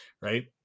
right